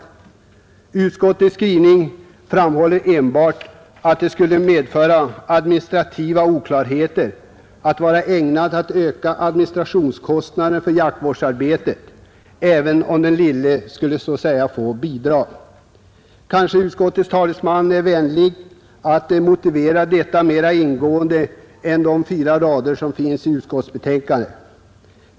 I utskottets skrivning framhålles enbart att det skulle medföra ”administrativ oklarhet och vara ägnat att öka administrationskostnaderna för jaktvårdsarbetet” om även den mindre organisationen skulle få bidrag. Kanske utskottets talesman är vänlig att mera ingående motivera detta än med de fyra rader som finns i utskottsbetänkandet.